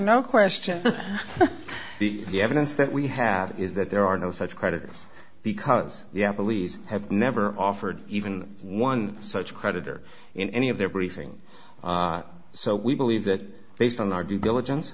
no question the the evidence that we have is that there are no such creditors because the police have never offered even one such creditor in any of their briefing so we believe that based on our due diligence